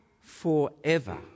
forever